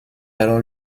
alors